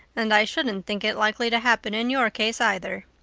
and i shouldn't think it likely to happen in your case either.